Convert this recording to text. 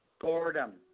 boredom